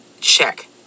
check